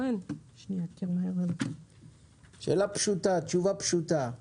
מה סיכמתם